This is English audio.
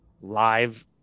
live